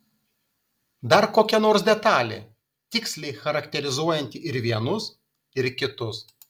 dar kokia nors detalė tiksliai charakterizuojanti ir vienus ir kitus